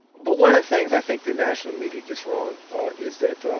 but one of the things i think the national media gets wrong is that